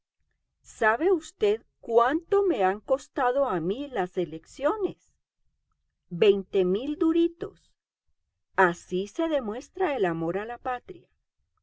sabe usted cuánto me han costado a mí las elecciones veinte mil duritos así se demuestra el amor a la patria